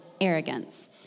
Arrogance